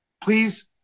please